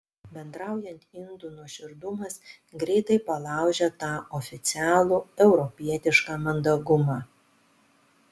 bendraujant indų nuoširdumas greitai palaužia tą oficialų europietišką mandagumą